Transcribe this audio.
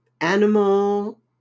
animal